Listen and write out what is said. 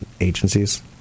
agencies